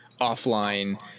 offline